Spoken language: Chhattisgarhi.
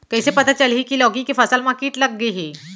कइसे पता चलही की लौकी के फसल मा किट लग गे हे?